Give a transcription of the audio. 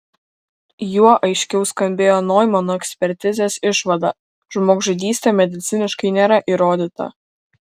juo aiškiau skambėjo noimano ekspertizės išvada žmogžudystė mediciniškai nėra įrodyta